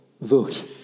Vote